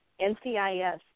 NCIS